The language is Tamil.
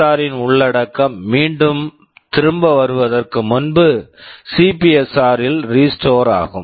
ஆர் SPSR ன் உள்ளடக்கம் மீண்டும் திரும்ப வருவதற்கு முன்பு சிபிஎஸ்ஆர் CPSR ல் ரீஸ்டோர் restore ஆகும்